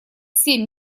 семь